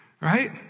right